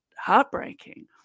heartbreaking